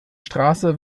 straße